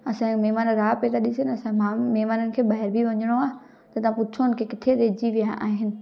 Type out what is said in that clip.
असांजा महिमान राह पिया था ॾिसनि असांजे माण्हुनि महिमाननि खे ॿाहिरि बि वञिणो आहे त तव्हां पुछो न की किथे रहजी विया आहिनि